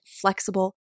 flexible